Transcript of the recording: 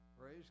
Praise